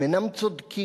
הם אינם צודקים,